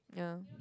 yeah